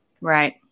Right